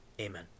amen